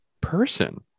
person